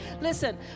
Listen